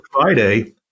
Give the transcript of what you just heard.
Friday